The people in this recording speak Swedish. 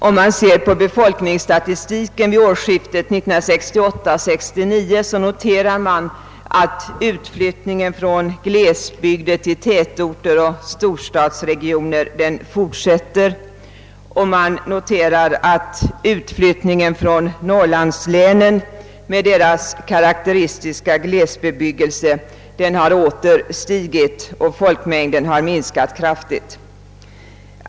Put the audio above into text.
Om man ser på befolkningsstatistiken vid årsskiftet 1968—1969 noterar man att utflyttningen från glesbygder till tätorter och storstadsregioner fortsätter, och man noterar vidare att utflyttningen från Norrlandslänen, som ju har en karakteristisk glesbebyggelse, åter har ökat så att folkmängden i dessa län kraftigt minskat.